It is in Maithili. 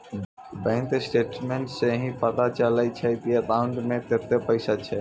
बैंक स्टेटमेंटस सं ही पता चलै छै की अकाउंटो मे कतै पैसा छै